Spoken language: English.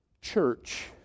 church